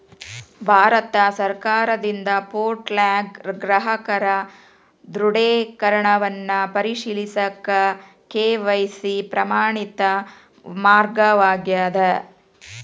ಭಾರತ ಸರ್ಕಾರದಿಂದ ಪೋರ್ಟಲ್ನ್ಯಾಗ ಗ್ರಾಹಕರ ದೃಢೇಕರಣವನ್ನ ಪರಿಶೇಲಿಸಕ ಕೆ.ವಾಯ್.ಸಿ ಪ್ರಮಾಣಿತ ಮಾರ್ಗವಾಗ್ಯದ